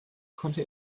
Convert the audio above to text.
konnte